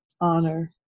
honor